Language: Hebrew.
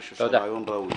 אני חושב שהרעיון ברור.